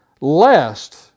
lest